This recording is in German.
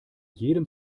jedem